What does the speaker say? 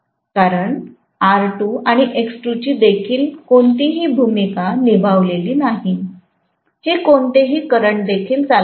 कारण R2 आणि X2 ची देखील कोणतीही भूमिका निभावलेली नाही हे कोणतेही करंट देखील चालवत नाही